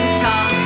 Utah